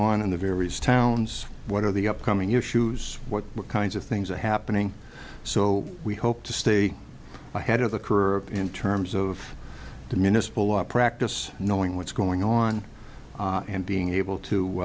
on in the various towns what are the upcoming issues what kinds of things are happening so we hope to stay ahead of the curve in terms of the municipal law practice knowing what's going on and being able